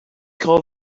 call